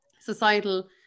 societal